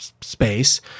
space